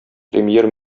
премьер